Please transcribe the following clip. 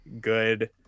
good